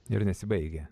ir nesibaigia